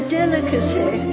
delicacy